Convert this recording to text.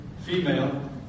Female